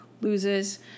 loses